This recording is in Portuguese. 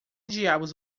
diabos